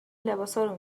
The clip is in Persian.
لباسارو